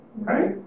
right